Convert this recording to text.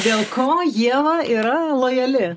dėl ko ieva yra lojali